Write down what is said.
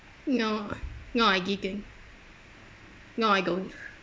no no I didn't no I don't